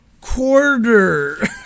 quarter